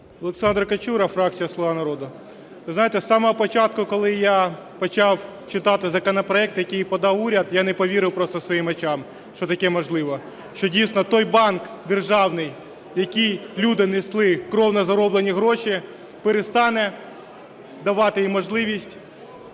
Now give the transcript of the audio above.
Олександр Качура, фракція "Слуга народу". Ви знаєте, з самого початку, коли я почав читати законопроект, який подав уряд, я не повірив просто своїм очам, що так можливо, що дійсно той банк державний, в який люди несли кровно зароблені гроші, перестане давати їм можливість